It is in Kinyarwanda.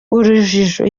urujijo